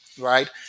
right